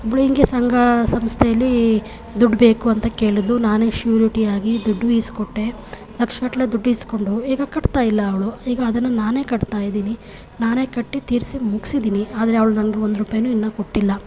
ಒಬ್ಳು ಹಿಂಗೆ ಸಂಘ ಸಂಸ್ಥೆಯಲ್ಲಿ ದುಡ್ಡು ಬೇಕು ಅಂತ ಕೇಳಿದ್ಲು ನಾನೇ ಶ್ಯೂರಿಟಿಯಾಗಿ ದುಡ್ಡು ಇಸ್ಕೊಟ್ಟೆ ಲಕ್ಷಗಟ್ಟಲೆ ದುಡ್ಡಿಸ್ಕೊಂಡು ಈಗ ಕಟ್ತಾಯಿಲ್ಲ ಅವಳು ಈಗ ಅದನ್ನು ನಾನೇ ಕಟ್ತಾಯಿದೀನಿ ನಾನೇ ಕಟ್ಟಿ ತೀರಿಸಿ ಮುಗ್ಸಿದೀನಿ ಆದರೆ ಅವಳು ನಂಗೆ ಒಂದು ರೂಪಾಯೂ ಇನ್ನೂ ಕೊಟ್ಟಿಲ್ಲ